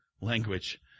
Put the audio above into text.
language